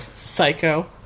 Psycho